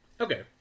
Okay